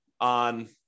on